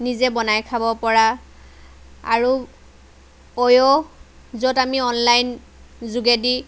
নিজে বনাই খাব পৰা আৰু অ'য়' য'ত আমি অনলাইন যোগেদি